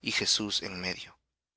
y jesús en medio